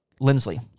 Lindsley